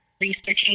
researching